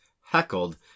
heckled